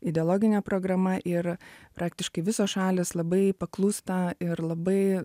ideologinė programa ir praktiškai visos šalys labai paklūsta ir labai